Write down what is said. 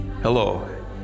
Hello